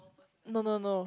no no no